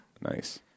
nice